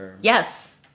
Yes